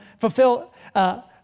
fulfill